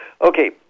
okay